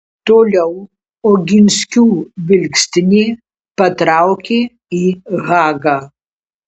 toliau oginskių vilkstinė patraukė į hagą